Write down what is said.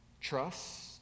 trust